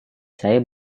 saya